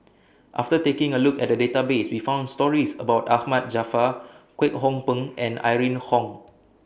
after taking A Look At The Database We found stories about Ahmad Jaafar Kwek Hong Png and Irene Khong